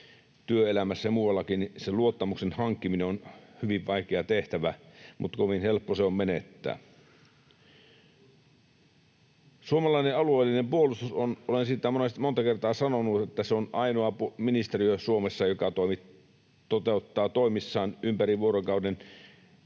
työelämästä ja muualtakin, se luottamuksen hankkiminen on hyvin vaikea tehtävä, mutta kovin helppo se on menettää. Suomalainen alueellinen puolustus — olen siitä monta kertaa sanonut, että tämä on ainoa ministeriö Suomessa, joka toteuttaa toimissaan ympäri vuorokauden kaikkina